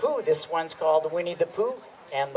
pooh this one's called the winnie the pooh and